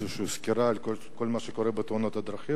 איזושהי סקירה על כל מה שקורה בתאונות הדרכים,